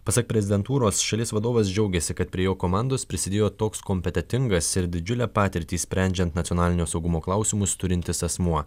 pasak prezidentūros šalies vadovas džiaugėsi kad prie jo komandos prisidėjo toks kompetentingas ir didžiulę patirtį sprendžiant nacionalinio saugumo klausimus turintis asmuo